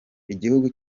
igihugu